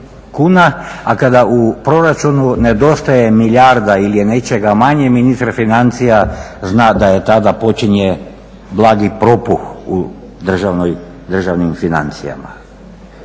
a kada u proračunu nedostaje milijarda ili je nečega manje, ministar financija zna da tada počinje blagi propuh u državnim financijama.